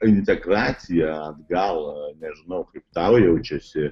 integracija atgal nežinau kaip tau jaučiasi